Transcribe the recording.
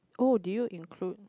oh did you include